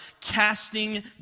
casting